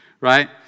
right